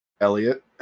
Elliot